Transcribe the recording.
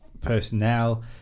personnel